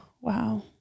Wow